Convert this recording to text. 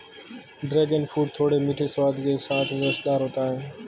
dragon fruit थोड़े मीठे स्वाद के साथ रसदार होता है